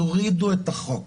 תורידו את החוק.